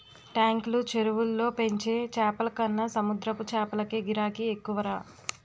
టాంకులు, చెరువుల్లో పెంచే చేపలకన్న సముద్రపు చేపలకే గిరాకీ ఎక్కువరా